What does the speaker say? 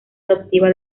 adoptiva